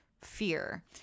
fear